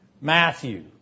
Matthew